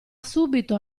subito